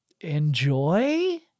Enjoy